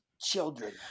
children